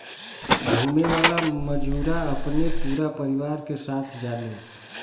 घुमे वाला मजूरा अपने पूरा परिवार के साथ जाले